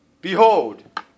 Behold